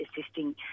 assisting